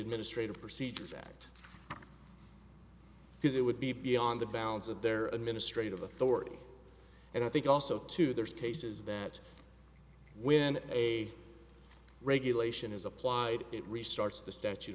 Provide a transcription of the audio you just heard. administrative procedures act because it would be beyond the bounds of their administrative authority and i think also to those cases that when a regulation is applied it restarts the statute